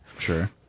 sure